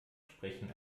sprechen